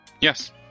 Yes